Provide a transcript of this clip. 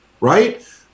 right